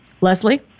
Leslie